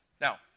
Now